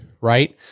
Right